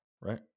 right